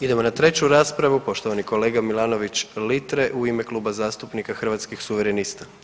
Idemo na treću raspravu poštovani kolega Milanović Litre u ime Kluba zastupnika Hrvatskih suverenista.